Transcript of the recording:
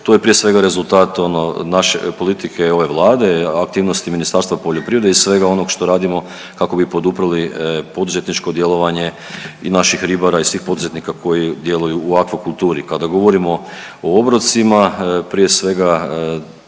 To je prije svega rezultat ono naše, politike ove Vlade, aktivnosti Ministarstva poljoprivrede i svega onog što radimo kako bi poduprli poduzetničko djelovanje i naših ribara i svih poduzetnika koji djeluju u akvakulturi. Kada govorimo o obrocima prije svega